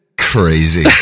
Crazy